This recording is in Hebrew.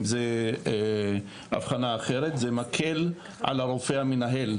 זה מקל על הרופא המנהל.